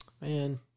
man